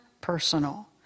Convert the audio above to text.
personal